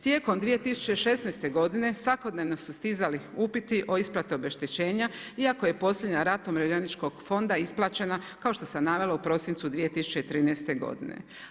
Tijekom 2016. godine svakodnevno su stizali upiti o isplati obeštećenja iako je posljednja rata Umirovljeničkog fonda isplaćena kao što sam navela u prosincu 2013. godine.